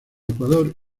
ecuador